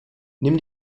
nimm